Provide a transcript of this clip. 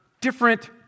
different